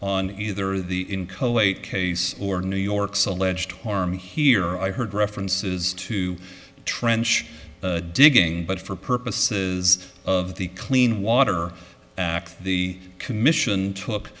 on either the in coate case or new york's alleged harm here i heard references to trench digging but for purposes of the clean water act the commission took